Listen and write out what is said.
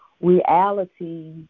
reality